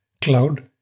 cloud